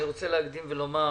אני רוצה להקדים ולומר: